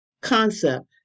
concept